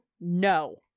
no